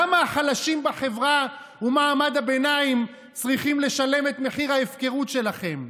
למה החלשים בחברה ומעמד הביניים צריכים לשלם את מחיר ההפקרות שלכם?